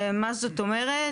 מה זאת אומרת?